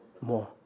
more